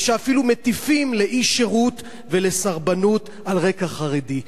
ושאפילו מטיפים לאי-שירות ולסרבנות על רקע חרדי.